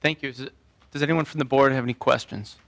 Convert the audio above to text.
thank you does anyone from the board have any questions